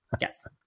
Yes